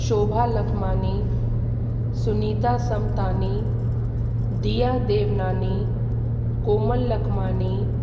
Shobha Lakhmani Sunita Samtani Diya Devnani Komal Lakhmani